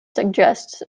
suggests